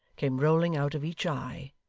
came rolling out of each eye,